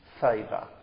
favour